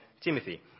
Timothy